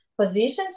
positions